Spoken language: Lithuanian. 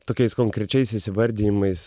tokiais konkrečiais įsivardijimais